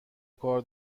کار